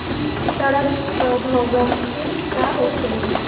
सड़न प्रधौगकी का होखे?